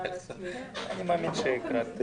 למרות שאחרים נגרעים,